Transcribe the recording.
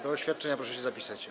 Do oświadczenia proszę się zapisać.